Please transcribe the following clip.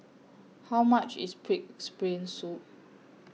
How much IS Pig'S Brain Soup